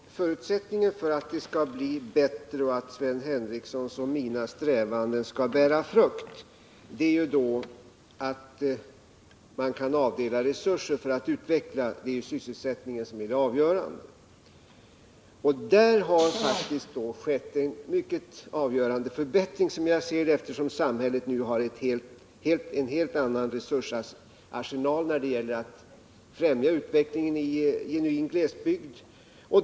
Herr talman! Förutsättningen för att det skall bli bättre och för att Sven Henricssons och mina strävanden skall bära frukt är att man kan avdela resurser för att utveckla näringslivet — det är sysselsättningen som är det avgörande. Där har faktiskt som jag ser det skett en avgörande förbättring, eftersom samhället nu har en helt annan resursarsenal när det gäller att främja utvecklingen i en genuin glesbygd.